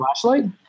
Flashlight